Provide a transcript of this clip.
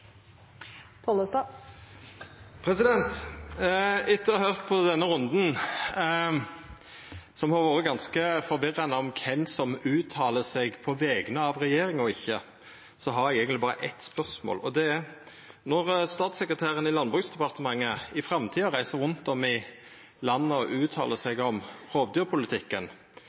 Etter å ha høyrt på denne runden, som har vore ganske forvirrande om kven som uttaler seg på vegner av regjeringa og ikkje, har eg eigentleg berre eitt spørsmål, og det er: Når statssekretæren i Landbruksdepartementet i framtida reiser rundt om i landet og uttaler seg om rovdyrpolitikken,